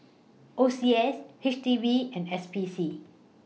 O C S H D B and S P C